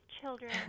children